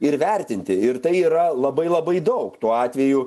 ir vertinti ir tai yra labai labai daug tuo atveju